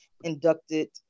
Inducted